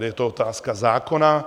Je to otázka zákona.